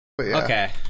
Okay